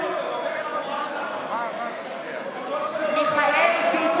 בעד מיכאל מרדכי